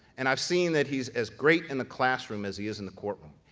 and i've seen that he's as great in the classroom as he is in the courtroom.